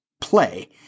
play